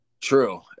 True